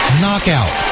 knockout